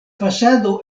fasado